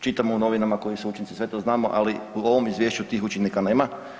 Čitamo u novinama koji su učinci, sve to znamo, ali u ovom izvješću tih učinaka nema.